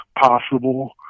possible